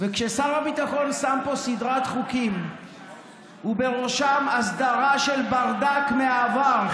כששר הביטחון שם פה סדרת חוקים ובראשם הסדרה של ברדק מהעבר,